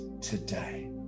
today